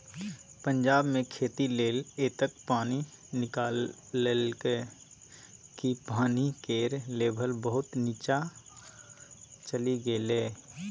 पंजाब मे खेती लेल एतेक पानि निकाललकै कि पानि केर लेभल बहुत नीच्चाँ चलि गेलै